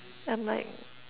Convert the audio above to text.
I'm like